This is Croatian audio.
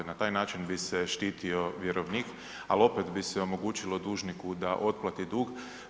Na taj način bi se štitio vjerovnik, al opet bi se omogućilo dužniku da otplati dug.